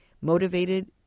motivated